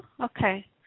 Okay